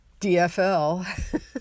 DFL